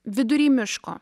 vidury miško